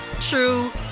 true